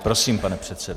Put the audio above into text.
Prosím, pane předsedo.